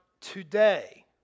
today